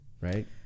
right